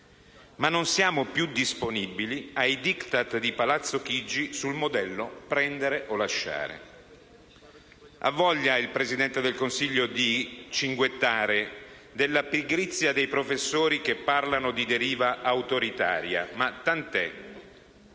Non siamo però più disponibili ai *Diktat* di Palazzo Chigi sul modello prendere o lasciare. Ha voglia il Presidente del Consiglio di cinguettare della pigrizia dei professori che parlano di deriva autoritaria, ma tant'è: